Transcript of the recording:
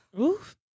Oof